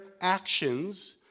actions